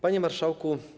Panie Marszałku!